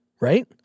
right